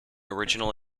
original